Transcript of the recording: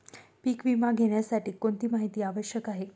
पीक विमा घेण्यासाठी कोणती माहिती आवश्यक आहे?